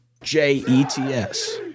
J-E-T-S